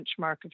benchmark